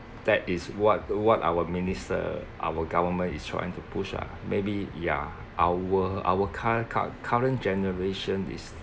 that is what what our minister our government is trying to push ah maybe ya our our cur~ cu~ current generation is